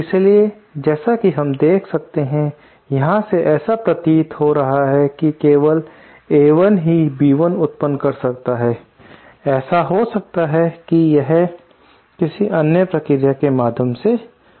इसलिए जैसा कि हम देख सकते हैं यहां से ऐसा प्रतीत हो रहा है कि केवल A1 ही B1 उत्पन्न कर सकता है ऐसा हो सकता है कि यह किसी अन्य प्रक्रिया के माध्यम से हो